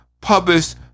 Published